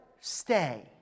stay